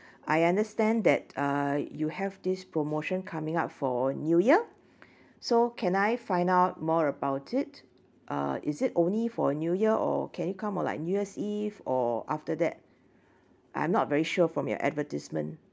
I understand that uh you have this promotion coming up for new year so can I find out more about it uh is it only for new year or can you come on like new year's eve or after that I'm not very sure from your advertisement